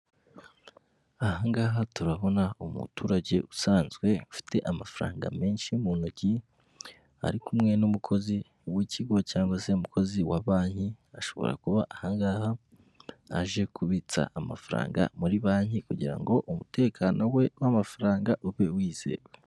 Aha ngaha turabona umuturage usanzwe ufite amafaranga menshi mu ntoki, ari kumwe n'umukozi w'ikigo cyangwa se umukozi wa banki ashobora kuba aha ngaha aje kubitsa amafaranga muri banki, kugira ngo umutekano we w'amafaranga ube wizewe.